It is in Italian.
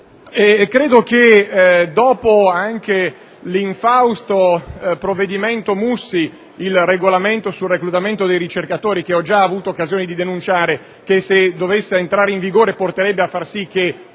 anche che dopo l'infausto provvedimento Mussi, il regolamento sul reclutamento dei ricercatori che ho già ho avuto occasione di denunciare e che se dovesse entrare in vigore farebbe sì che